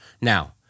Now